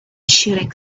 shooting